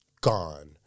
gone